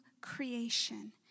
creation